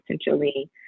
essentially